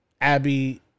Abby